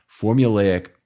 formulaic